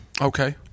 Okay